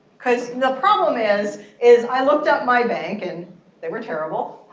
because the problem is, is i looked up my bank. and they were terrible.